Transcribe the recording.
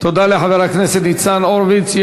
תודה לחבר הכנסת ניצן הורוביץ.